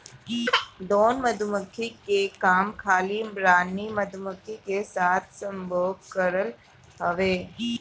drone मधुमक्खी के काम खाली रानी मधुमक्खी के साथे संभोग करल हवे